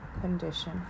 condition